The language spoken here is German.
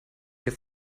hier